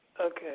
Okay